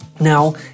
Now